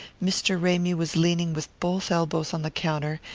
mr. ramy was leaning with both elbows on the counter,